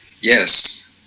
Yes